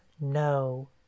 no